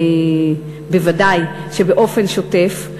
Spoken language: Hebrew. בוודאי באופן שוטף,